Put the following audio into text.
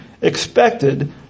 expected